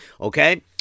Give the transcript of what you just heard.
okay